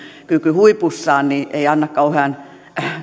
huipussaan ei anna kauhean